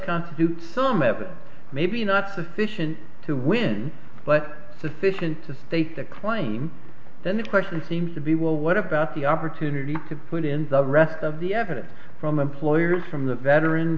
constitute some of it maybe not sufficient to win but sufficient to state the claim then the question seems to be well what about the opportunity to put in the rest of the evidence from employers from the veteran